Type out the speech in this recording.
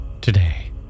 today